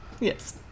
yes